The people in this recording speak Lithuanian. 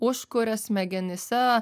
užkuria smegenyse